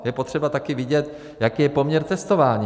Je potřeba také vidět, jaký je poměr testování.